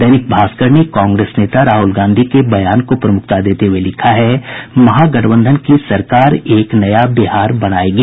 दैनिक भास्कर ने कांग्रेस नेता राहुल गांधी के बयान को प्रमुखता देते हुये लिखा है महागठबंधन की सरकार एक नया बिहार बनायेगी